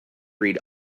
read